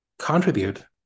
contribute